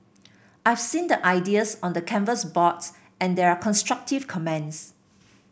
I've seen the ideas on the canvas boards and there are constructive comments